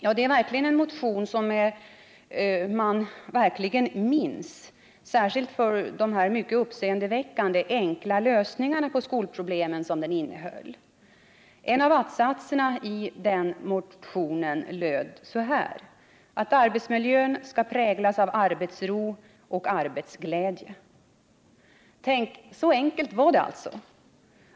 Och det är en motion som man verkligen minns — särskilt för de mycket uppseendeväckande enkla lösningar på skolproblemen som den innehöll. En av attsatserna i den motionen löd: att arbetsmiljön skall präglas av arbetsro och arbetsglädje. Tänk — så enkelt var det alltså.